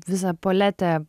visą paletę